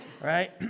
right